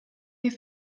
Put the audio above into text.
have